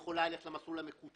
היא יכולה ללכת למסלול המקוצר,